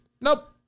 Nope